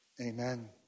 Amen